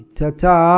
tata